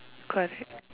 quite big